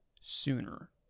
sooner